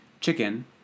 chicken